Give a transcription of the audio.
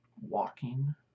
walking